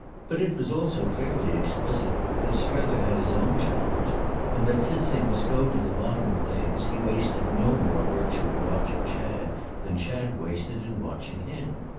but it was also fairly explicit that strether had his own challenge and that, since they must go to the bottom of things, he wasted no more virtue in watching chad than chad wasted in watching him.